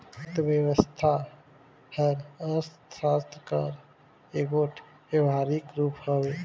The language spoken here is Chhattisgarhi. अर्थबेवस्था हर अर्थसास्त्र कर एगोट बेवहारिक रूप हवे